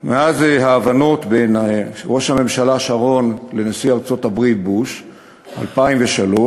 מאז ההבנות בין ראש הממשלה שרון לנשיא ארצות-הברית בוש ב-2003,